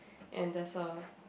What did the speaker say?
and there's a